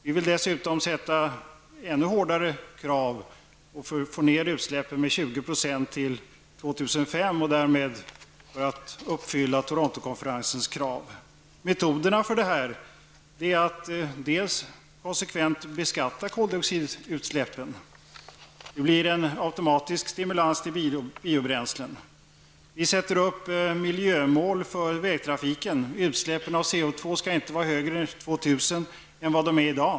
Vi vill ha ännu hårdare krav och tycker därför att det är nödvändigt att minska utsläppen med 20 % fram till år 2005 för att därmed uppfylla Torontokonferensens krav. En metod är att konsekvent beskatta koldioxidutsläpp. Då blir det automatiskt en stimulans för biobränslen. En annan metod är att sätta upp miljömål för vägtrafiken. Utsläppen av CO2 får inte vara högre år 2000 än vad de är i dag.